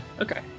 Okay